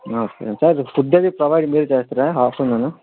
okay sir food అది provide మీరే చేస్తారా ఆఫ్టర్నూన్